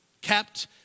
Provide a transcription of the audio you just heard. kept